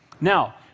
now